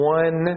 one